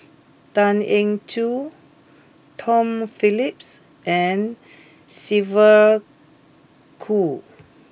Tan Eng Joo Tom Phillips and Sylvia Kho